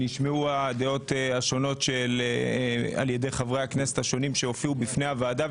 נשמעו הדעות השונות על ידי חברי הכנסת שהופיעו בפני חברי הוועדה.